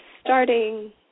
starting